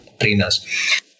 trainers